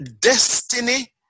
destiny